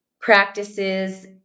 practices